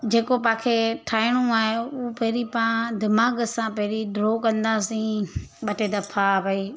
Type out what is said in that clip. जेको मूंखे ठाहिणो आहे उहो पहरियों पाण दिमाग़ सां पहिरियों ड्रॉ कंदासीं ॿ टे दफ़ा भई